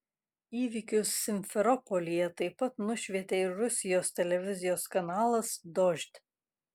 įvykius simferopolyje taip pat nušvietė ir rusijos televizijos kanalas dožd